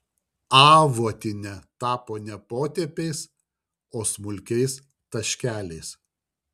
avuotinia tapo ne potėpiais o smulkiais taškeliais